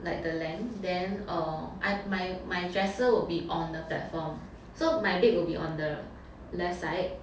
like the length then uh I my my dresser will be on the platform so my bed will be on the left side